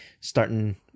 Starting